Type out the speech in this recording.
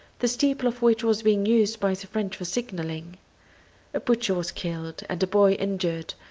the steeple of which was being used by the french for signalling a butcher was killed and a boy injured,